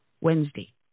Wednesday